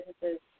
businesses